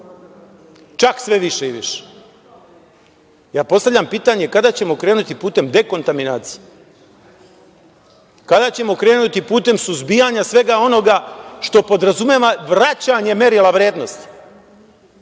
čak sve više i više. Postavljam pitanje – kada ćemo krenuti putem dekontaminacije? Kada ćemo krenuti putem suzbijanja svega onoga što podrazumeva vraćanje merila vrednosti